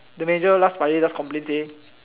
the manager last friday just complain say